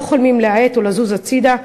לא חולמים להאט או לזוז הצדה,